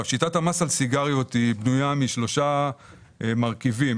שיטת המס על סיגריות בנויה משלושה מרכיבים.